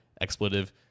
expletive